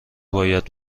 باید